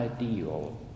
ideal